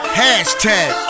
hashtag